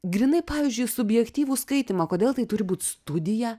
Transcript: grynai pavyzdžiui subjektyvų skaitymą kodėl tai turi būt studija